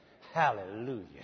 Hallelujah